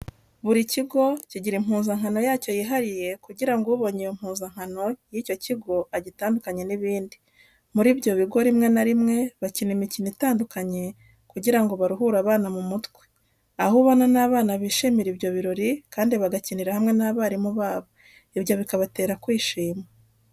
Buri kigo kigira impuzankano yacyo yihariye kugira ngo ubonye iyo mpuzankano y'icyo kigo agitandukanye n'ibindi, muri ibyo bigo rimwe na rimwe bakina imikino itandukanye kugira ngo baruhure abana mu mutwe, aho ubona n'abana bishimira ibyo birori kandi bagakinira hamwe n'abarimu babo, ibyo bikabatera kwishima.